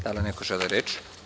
Da li neko želi reč?